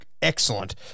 excellent